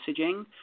messaging